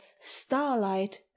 starlight